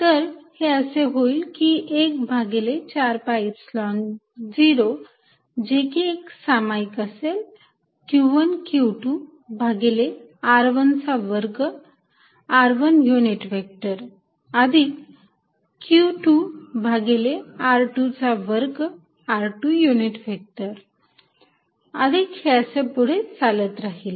तर हे असे होईल की एक भागिले 4 पाय ईप्सिलॉन 0 जे की सामायिक असेल q q1 भागिले r1 चा वर्ग r1 युनिट व्हेक्टर अधिक q2 भागिले r2 चा वर्ग r2 युनिट व्हेक्टर अधिक हे असे पुढे चालत राहील